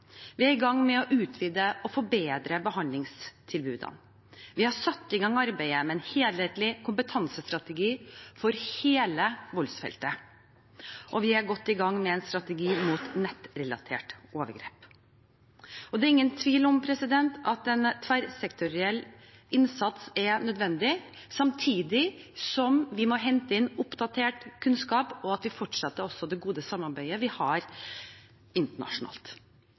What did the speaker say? Vi er i gang med å utvide og forbedre behandlingstilbudene. Vi har satt i gang arbeidet med en helhetlig kompetansestrategi for hele voldsfeltet, og vi er godt i gang med en strategi mot nettrelaterte overgrep. Det er ingen tvil om at en tverrsektoriell innsats er nødvendig, samtidig som vi må hente inn oppdatert kunnskap og fortsette det gode samarbeidet vi har internasjonalt.